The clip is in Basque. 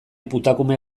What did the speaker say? putakume